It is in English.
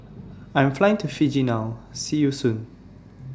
I Am Flying to Fiji now See YOU Soon